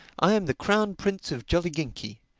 i am the crown prince of jolliginki.